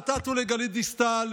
נתנו לגלית דיסטל,